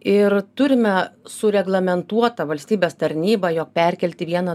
ir turime sureglamentuotą valstybės tarnybą jog perkelti vieną